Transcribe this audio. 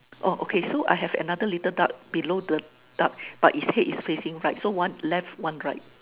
oh okay so I have another little duck below the duck but the face is facing right so one left one right